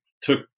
took